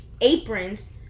aprons